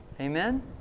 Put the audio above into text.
amen